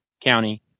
county